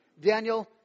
Daniel